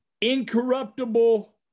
incorruptible